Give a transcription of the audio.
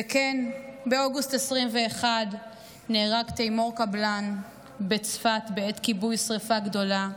וכן באוגוסט 2021 נהרג תיימור קבלאן בצפת בעת כיבוי שרפה גדולה,